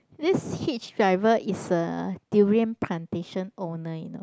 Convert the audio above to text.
this hitch driver is a durian plantation owner you know